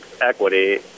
equity